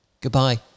Goodbye